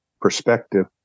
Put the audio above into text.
perspective